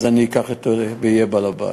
אני אקח את זה ואהיה בעל-הבית.